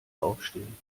aufstehen